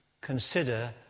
consider